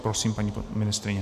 Prosím, paní ministryně.